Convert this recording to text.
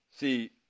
See